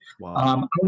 Wow